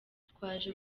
twaje